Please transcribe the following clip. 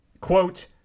quote